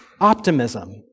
optimism